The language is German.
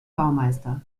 baumeister